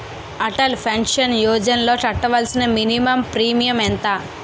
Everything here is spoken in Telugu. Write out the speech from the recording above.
అటల్ పెన్షన్ యోజనలో కట్టవలసిన మినిమం ప్రీమియం ఎంత?